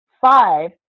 Five